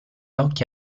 occhi